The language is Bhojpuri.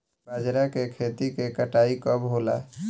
बजरा के खेती के कटाई कब होला?